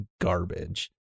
garbage